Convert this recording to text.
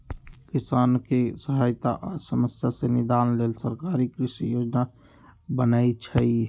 किसानके सहायता आ समस्या से निदान लेल सरकार कृषि योजना बनय छइ